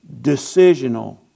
decisional